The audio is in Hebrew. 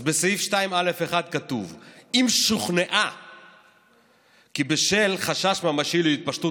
אז בסעיף 2(א)(1) כתוב: "אם שוכנעה כי בשל חשש ממשי להתפשטות